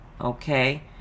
okay